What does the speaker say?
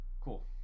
Cool